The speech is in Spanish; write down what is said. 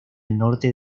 norte